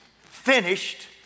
finished